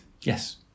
Yes